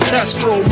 Castro